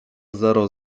zero